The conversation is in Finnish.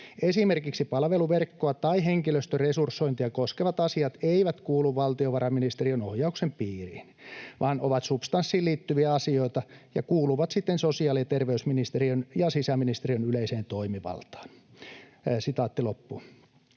Esimerkiksi palveluverkkoa tai henkilöstön resursointia koskevat asiat eivät kuulu valtiovarainministeriön ohjauksen piiriin, vaan ovat substanssiin liittyviä asioita ja kuuluvat siten sosiaali- ja terveysministeriön ja sisäministeriön yleiseen toimivaltaan.” Tällä